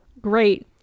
great